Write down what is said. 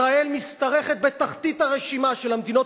ישראל משתרכת בתחתית הרשימה של המדינות